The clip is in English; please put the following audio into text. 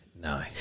no